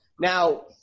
Now